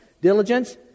Diligence